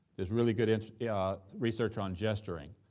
there's really good ins research on gesturing.